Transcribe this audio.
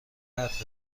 حرف